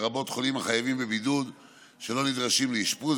לרבות חולים החייבים בבידוד שלא נדרשים לאשפוז,